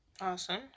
Awesome